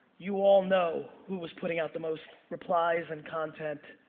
you all know who was putting out the most replies and content.